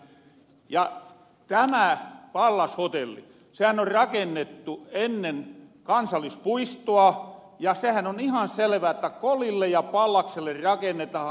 ja tämä pallas hotelli sehän on rakennettu ennen kansallispuistoa ja sehän on ihan selvä että kolille ja pallakselle rakennetahan